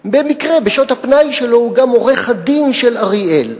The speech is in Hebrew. במקרה בשעות הפנאי שלו הוא גם עורך-הדין של אריאל.